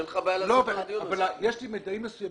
אז אין לך בעיה -- יש לי מידעים מסוימים.